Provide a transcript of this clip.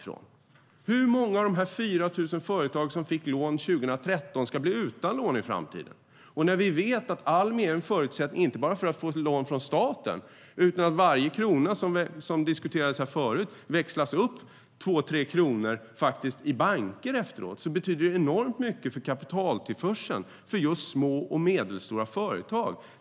Hur många av de 4 000 företag som fick lån 2013 ska bli utan lån i framtiden? Vi vet att Almi är en förutsättning för dem, inte bara för att de får lån från staten utan också för att varje krona växlas upp två tre gånger i banker efteråt. Det betyder alltså enormt mycket för kapitaltillförseln just för små och medelstora företag.